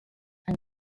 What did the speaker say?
and